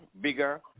bigger